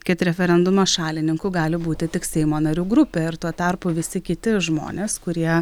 kad referendumo šalininku gali būti tik seimo narių grupė ir tuo tarpu visi kiti žmonės kurie